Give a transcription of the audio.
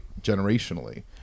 generationally